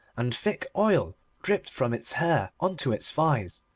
and thick oil dripped from its hair on to its thighs.